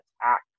attack